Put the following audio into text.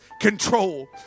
control